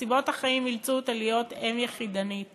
נסיבות החיים אילצו אותה להיות אם יחידנית